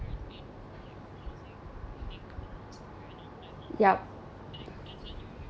yup